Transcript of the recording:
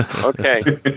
okay